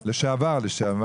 לשעבר.